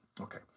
Okay